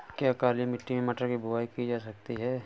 क्या काली मिट्टी में मटर की बुआई की जा सकती है?